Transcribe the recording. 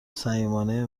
صمیمانه